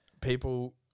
People